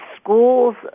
schools